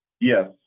Yes